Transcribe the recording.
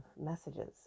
messages